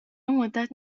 مدتی